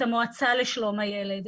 את המועצה לשלום הילד,